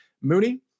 Mooney